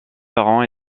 parents